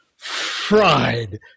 fried